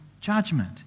judgment